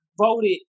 voted